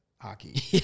hockey